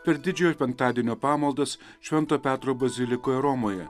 per didžiojo penktadienio pamaldas švento petro bazilikoje romoje